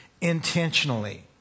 intentionally